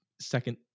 second